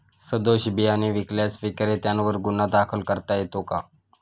सदोष बियाणे विकल्यास विक्रेत्यांवर गुन्हा दाखल करता येतो का?